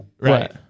Right